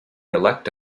elect